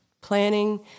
planning